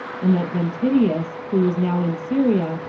and that ventidius, who was now in syria,